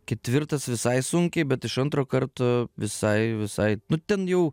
ketvirtas visai sunkiai bet iš antro karto visai visai nu ten jau